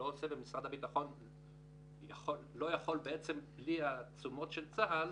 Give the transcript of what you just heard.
משרד הביטחון לא יכול בלי התשומות של צה"ל